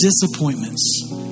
disappointments